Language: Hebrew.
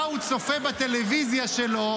מה הוא צופה בטלוויזיה שלו,